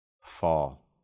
fall